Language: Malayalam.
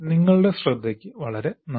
നിങ്ങളുടെ ശ്രദ്ധയ്ക്ക് വളരെ നന്ദി